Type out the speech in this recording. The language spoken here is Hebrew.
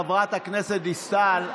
חברת הכנסת דיסטל,